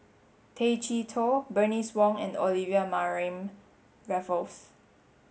Tay Chee Toh Bernice Wong and Olivia Mariamne Raffles